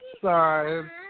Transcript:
Sorry